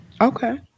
Okay